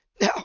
Now